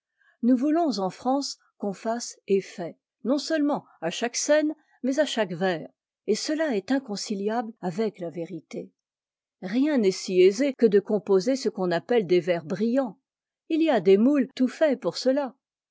nous voulons en france qu'on fasse effet non-seulement à chaque scène mais à chaque vers et cela est inconciliable avec la vérité rien n'est si aise que de composer ce qu'on appelle des vers brillants il y a des moules tout faits pour cela